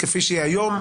כפי שהיא היום,